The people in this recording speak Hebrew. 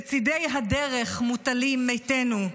בצידי הדרך מוטלים מתינו,